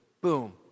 boom